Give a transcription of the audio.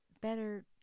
Better